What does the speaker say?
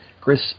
Chris